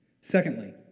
Secondly